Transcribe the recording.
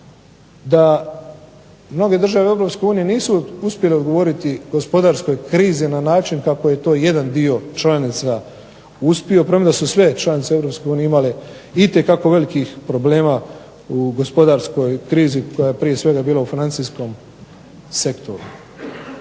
da mnoge države u EU nisu uspjele odgovoriti gospodarskoj krizi na način kako je to jedan dio članica uspio, premda su sve članice EU imale itekako velikih problema u gospodarskoj krizi koja je prije svega bila u francuskom sektoru.